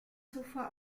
zuvor